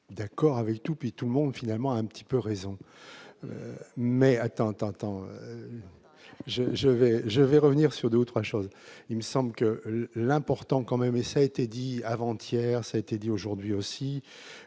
d'accord avec tout pays tout le monde finalement un petit peu raison mais attends, t'entends je je vais, je vais revenir sur 2 ou 3 choses : il me semble que l'important quand même, et ça a été dit, avant hier, ça a été dit, aujourd'hui aussi,